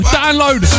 download